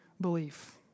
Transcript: belief